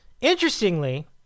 Interestingly